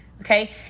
okay